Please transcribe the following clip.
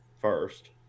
first